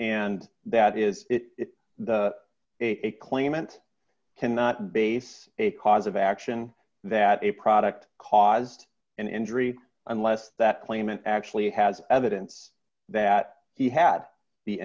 and that is it a claimant cannot base a cause of action that a product caused an injury unless that claimant actually has evidence that he had the